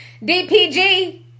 DPG